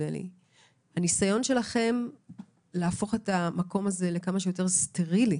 הניסיון שלכם להפוך את המקום הזה לכמה שיותר סטרילי